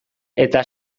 eta